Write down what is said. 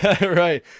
Right